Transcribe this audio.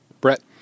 Brett